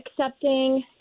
accepting